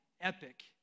epic